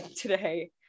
today